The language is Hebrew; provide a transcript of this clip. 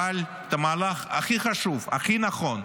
אבל את המהלך הכי חשוב, הכי נכון,